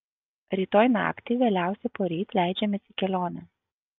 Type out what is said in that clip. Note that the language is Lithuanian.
rytoj naktį vėliausiai poryt leidžiamės į kelionę